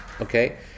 okay